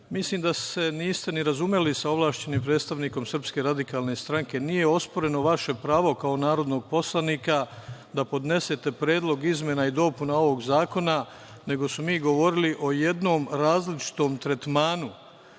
dopune. Mislim da se niste razumeli sa ovlašćenim predstavnikom SRS. Nije osporeno vaše pravo kao narodnog poslanika da podnesete predloge izmena i dopuna ovog zakona, nego smo mi govorili o jednom različitom tretmanu